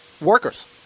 workers